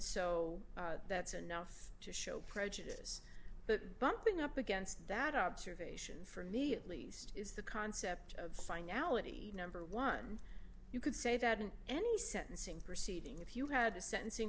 so that's enough to show prejudice but bumping up against that observation for me at least is the concept of finality number one you could say that in any sentencing proceeding if you had a sentencing